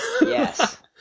Yes